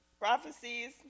Prophecies